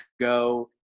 go